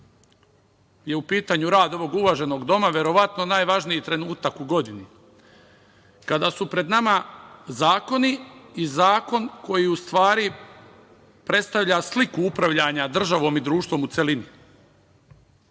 je u pitanju rad ovog uvaženog doma verovatno najvažniji trenutak u godini kada su pred nama zakoni i zakon koji u stvari predstavlja sliku upravljanja državom i društvom u celini,